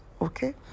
okay